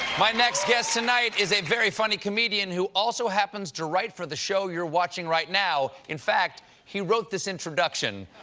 my next guest is a very funny comedian who also happens to write for the show you're watching right now. in fact, he wrote this introduction.